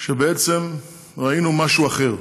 ובעצם ראינו משהו אחר: